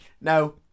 No